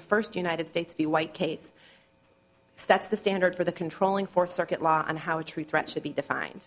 the first united states v white case sets the standard for the controlling fourth circuit law on how a true threat should be defined